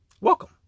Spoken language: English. welcome